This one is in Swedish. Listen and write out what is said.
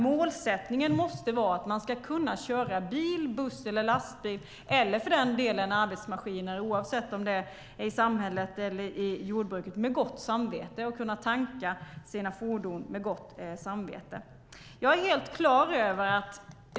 Målsättningen måste vara att man ska kunna köra bil, buss eller lastbil eller för den delen arbetsmaskiner, oavsett om det är i samhället eller i jordbruket, med gott samvete och kunna tanka sina fordon med gott samvete.